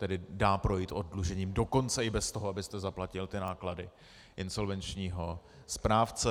tedy dá projít oddlužením dokonce i bez toho, abyste zaplatil náklady insolvenčního správce.